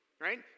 right